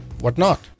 whatnot